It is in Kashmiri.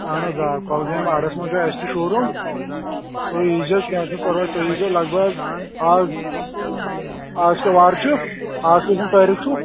اَہَن حظ آ کۅلگامہِ اَڈس منٛز چھُ اَسہِ تہِ شوٗ روٗم تُہۍ یی زیٚو کیٚنٛہہ چھُنہٕ پَرواے تُہۍ یی زیٚو لَگ بَگ اَز اَز کیٛاہ وار چھِ اَز کٔژِم تٲریٖخ چھُ